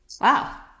wow